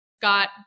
got